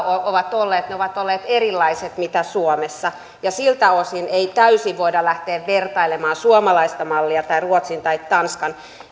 ovat olleet ovat olleet erilaiset kuin suomessa ja siltä osin ei täysin voida lähteä vertailemaan suomalaista mallia tai ruotsin tai tanskan